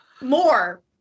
More